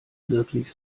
wirklich